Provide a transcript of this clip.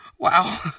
Wow